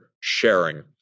sharing